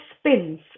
spins